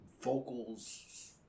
vocals